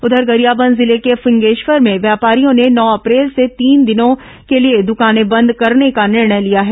उधर गरियाबंद जिले के फिंगेश्वर में व्यापारियों ने नौ अप्रैल से तीन दिनों के लिए दुकानें बंद करने का निर्णय लिया है